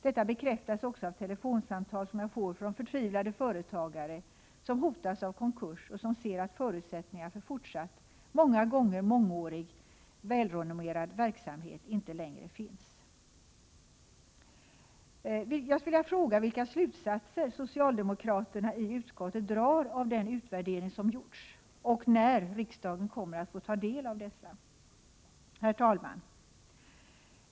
Detta bekräftas också av telefonsamtal som jag får från förtvivlade företagare som hotas av konkurs och som ser att förutsättningar för fortsatt, många gånger mångårig, välrenommerad verksamhet inte längre finns. Vilka slutsatser drar socialdemokraterna i utskottet av den utvärdering som har gjorts, och när kommer riksdagen att få ta del av dessa? Herr talman!